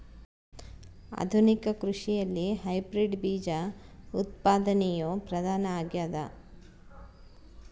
ಆಧುನಿಕ ಕೃಷಿಯಲ್ಲಿ ಹೈಬ್ರಿಡ್ ಬೇಜ ಉತ್ಪಾದನೆಯು ಪ್ರಧಾನ ಆಗ್ಯದ